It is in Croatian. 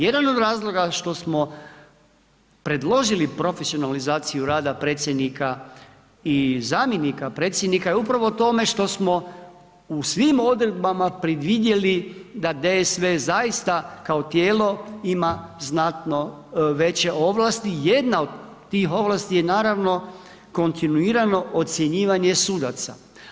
Jedan od razloga što smo predložili profesionalizaciju rada predsjednika i zamjenika predsjednika je upravo u tome što smo u svim odredbama predvidjeli da DSV zaista kao tijelo ima znatno veće ovlasti, jedna od tih ovlasti je, naravno, kontinuirano ocjenjivanje sudaca.